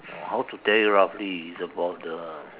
how to tell you roughly is about the